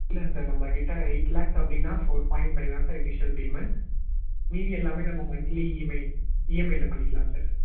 இல்லைங்க சார் நம்மகிட்ட எய்ட் லேக்ஸ் அப்படின்னா ஃபோர் பாய்ண்ட் பைய் தான் சார் இனிஷியல் பேமெண்ட் மீதி எல்லாமே நம்ம மந்த்லி இஎம்ஐ இஎம்ஐல பண்ணிக்கலாம் சார்